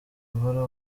buhoro